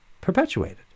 perpetuated